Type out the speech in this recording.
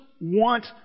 want